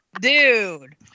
Dude